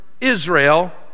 Israel